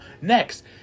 Next